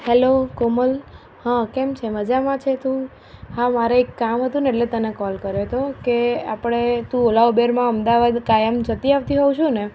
hello Komal હં કેમ છે મજામાં છે તું હા મારે એક કામ હતું ને એટલે તને કોલ કર્યો તો કે આપણે તું ઓલા ઉબેરમાં અમદાવાદ કાયમ જતી આવતી હોઉં છું ને